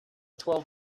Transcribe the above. twelve